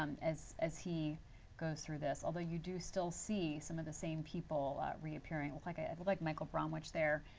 as as he goes through this. although you do still see some of the same people reappearing. like like i mean like michael bromwich there.